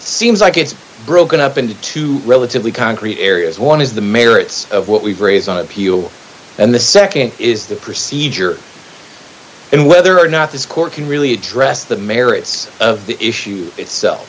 seems like it's broken up into two relatively concrete areas one is the merits of what we've raised on appeal and the nd is the procedure and whether or not this court can really address the merits of the issue itself